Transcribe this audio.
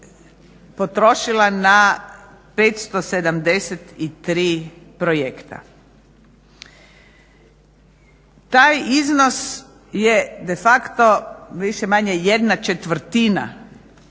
potrošila na 573 projekta. Taj iznos je de facto više-manje jedna četvrtina